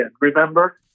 remember